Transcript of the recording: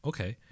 Okay